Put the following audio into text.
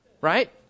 right